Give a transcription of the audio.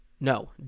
No